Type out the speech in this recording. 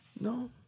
No